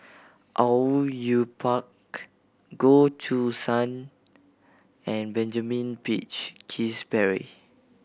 Au Yue Pak Goh Choo San and Benjamin Peach Keasberry